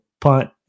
punt